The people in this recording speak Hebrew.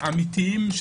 אמיתיים,